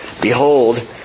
Behold